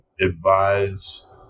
advise